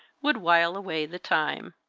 would while away the time.